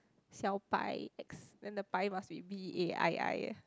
Xiao Bai X then the Bai must be B_A_I_I